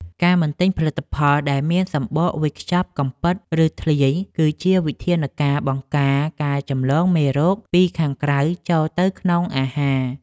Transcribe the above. ការមិនទិញផលិតផលដែលមានសំបកវេចខ្ចប់កំពិតឬធ្លាយ គឺជាវិធានការបង្ការការចម្លងមេរោគពីខាងក្រៅចូលទៅក្នុងអាហារ។